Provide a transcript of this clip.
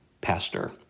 pastor